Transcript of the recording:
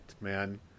man